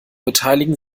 beteiligen